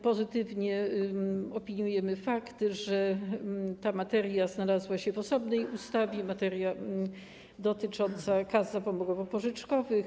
Pozytywnie opiniujemy fakt, że ta materia znalazła się w osobnej ustawie, materia dotycząca kas zapomogowo-pożyczkowych.